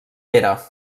pere